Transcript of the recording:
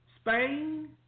Spain